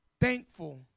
thankful